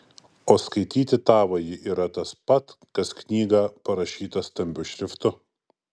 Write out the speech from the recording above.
o skaityti tavąjį yra tas pat kas knygą parašytą stambiu šriftu